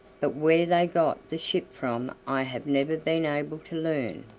but where they got the ship from i have never been able to learn.